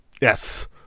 Yes